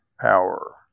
power